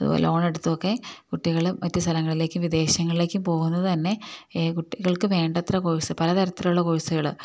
അതുപോലെ ലോണെടുത്തുമൊക്കെ കുട്ടികള് മറ്റ് സ്ഥലങ്ങളിലേക്കും വിദേശങ്ങളിലേക്കും പോകുന്നത് തന്നെ ഈ കുട്ടികൾക്ക് വേണ്ടത്ര കോഴ്സ് പല തരത്തിലുള്ള കോഴ്സുകള്